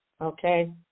Okay